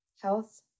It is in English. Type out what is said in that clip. health